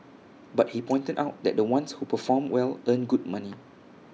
but he pointed out that the ones who perform well earn good money